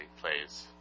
plays